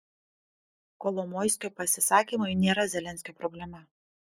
kolomoiskio pasisakymai nėra zelenskio problema